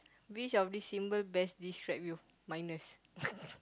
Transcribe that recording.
which of these symbols best describe you minus